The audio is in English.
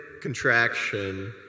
contraction